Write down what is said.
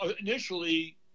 initially